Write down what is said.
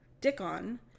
Dickon